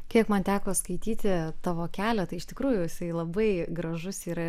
kiek man teko skaityti tavo kelią tai iš tikrųjų jisai labai gražus yra